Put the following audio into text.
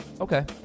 Okay